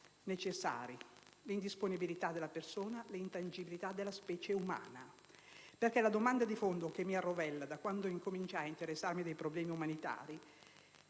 necessari: l'indisponibilità della persona e l'intangibilità della specie umana. La domanda di fondo che mi arrovella da quando incominciai ad interessarmi dei problemi umanitari